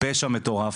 פשע מטורף.